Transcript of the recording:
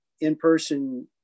in-person